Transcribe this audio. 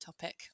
topic